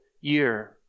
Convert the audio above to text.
year